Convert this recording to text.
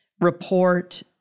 report